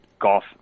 golf